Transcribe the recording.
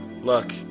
look